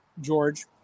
George